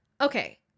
Okay